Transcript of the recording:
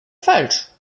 falsch